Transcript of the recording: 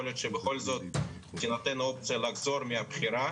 יכול להיות שבכל זאת תינתן אופציה לחזור על הבחירה.